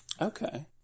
Okay